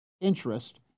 interest